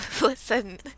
listen